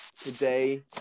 today